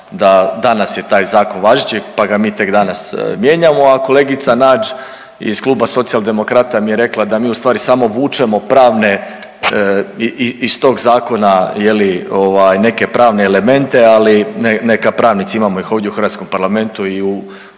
da danas je taj zakon važeći, pa ga mi tek danas mijenjamo, a kolegica Nađ iz Kluba Socijaldemokrata mi je rekla da mi ustvari samo vučemo pravne, iz tog zakona je li ovaj neke pravne elemente, ali neka pravnici, imamo ih ovdje u hrvatskom parlamentu i u vladajućima